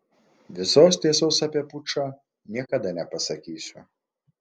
visos tiesos apie pučą niekada nepasakysiu